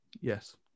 Yes